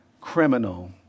criminal